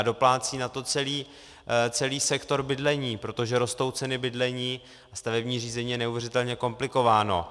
Doplácí na to celý sektor bydlení, protože rostou ceny bydlení, stavební řízení je neuvěřitelně komplikováno.